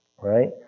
Right